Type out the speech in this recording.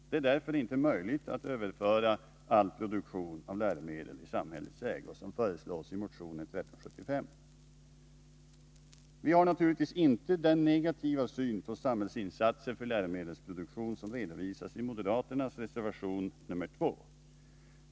Det är därför inte möjligt att överföra all produktion av läromedel i samhällets ägo, som föreslås i motion 1375. Vi har naturligtvis inte den negativa syn på samhällsinsatser för läromedelsproduktion som redovisas i moderaternas reservation nr 2.